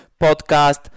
podcast